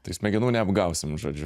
tai smegenų neapgausim žodžiu